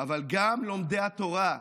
אבל גם לומדי התורה,